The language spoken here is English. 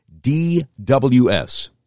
DWS